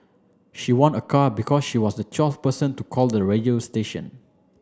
she won a car because she was the twelfth person to call the radio station